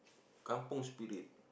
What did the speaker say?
Kampung Spirit